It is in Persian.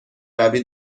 روی